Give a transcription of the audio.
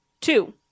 Two